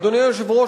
אדוני היושב-ראש,